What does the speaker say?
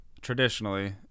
traditionally